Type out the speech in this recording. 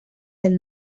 del